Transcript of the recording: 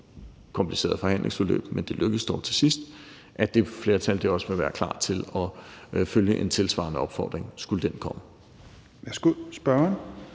kompliceret forhandlingsforløb, men det lykkedes dog til sidst – også vil være klar til at følge en tilsvarende opfordring, skulle den komme.